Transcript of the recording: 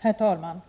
Herr talman!